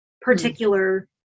particular